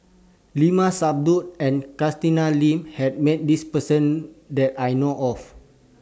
Limat Sabtu and Catherine Lim had Met This Person that I know of